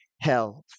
health